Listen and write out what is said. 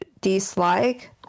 dislike